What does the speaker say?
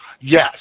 Yes